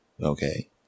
okay